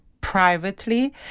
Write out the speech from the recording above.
privately